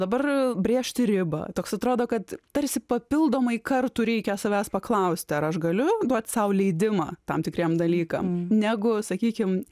dabar brėžti ribą toks atrodo kad tarsi papildomai kartų reikia savęs paklausti ar aš galiu duot sau leidimą tam tikriem dalykam negu sakykim